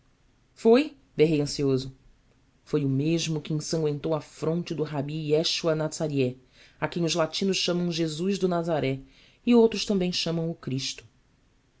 foi berrei ansioso foi o mesmo que ensangüentou a fronte do rabi jeschoua natzarieh a quem os latinos chamam jesus de nazaré e outros também chamam o cristo